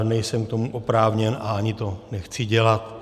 Nejsem k tomu oprávněn a ani to nechci dělat.